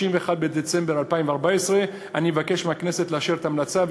31 בדצמבר 2014. אני מבקש מהכנסת לאשר את ההמלצה.